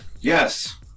Yes